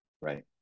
right